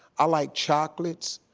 i like chocolates,